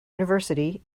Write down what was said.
university